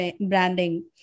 branding